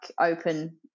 open